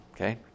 Okay